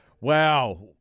Wow